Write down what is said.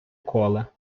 коле